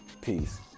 Peace